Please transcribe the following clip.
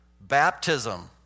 Baptism